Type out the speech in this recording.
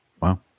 wow